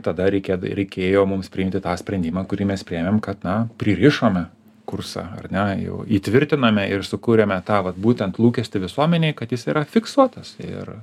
tada reikia reikėjo mums priimti tą sprendimą kurį mes priėmėm kad na pririšome kursą ar ne jau įtvirtiname ir sukūrėme tą vat būtent lūkestį visuomenėj kad jis yra fiksuotas ir